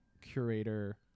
curator